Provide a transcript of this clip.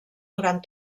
durant